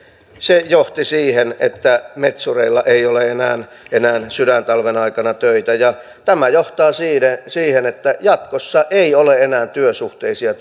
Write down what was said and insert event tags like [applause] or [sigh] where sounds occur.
se johti siihen että metsureilla ei ole enää enää sydäntalven aikana töitä tämä johtaa siihen että jatkossa ei ole enää työsuhteisia [unintelligible]